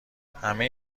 همه